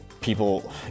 people